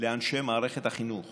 לאנשי מערכת החינוך